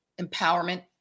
empowerment